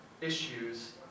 issues